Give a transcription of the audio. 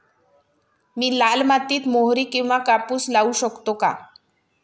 मी लाल मातीत मोहरी किंवा कापूस लावू शकतो का?